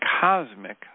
cosmic